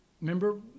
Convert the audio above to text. remember